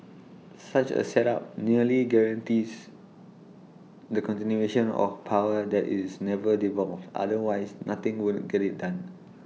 such A setup nearly guarantees the continuation of power that is never devolved otherwise nothing would get IT done